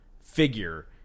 figure